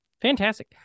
Fantastic